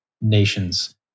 nations